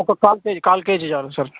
ఒక కాల్ కేజీ కాల్ కేజీ చాలు సార్